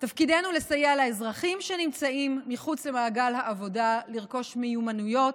תפקידנו לסייע לאזרחים שנמצאים מחוץ למעגל העבודה לרכוש מיומנויות,